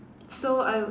so I would